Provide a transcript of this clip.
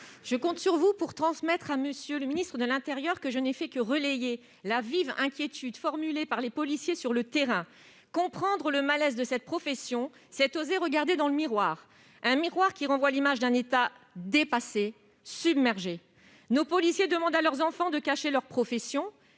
Je compte sur vous pour dire à M. le ministre de l'intérieur que je n'ai fait que relayer la vive inquiétude formulée par les policiers sur le terrain. Comprendre le malaise de cette profession, c'est oser se regarder dans le miroir, un miroir qui renvoie l'image d'un État dépassé, submergé. Nos policiers demandent à leurs enfants de cacher leur profession